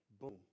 boom